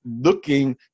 looking